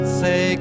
say